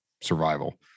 survival